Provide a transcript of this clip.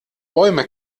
bäume